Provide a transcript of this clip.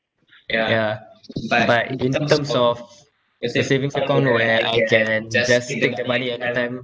yeah but in terms of the savings account where I can just take the money anytime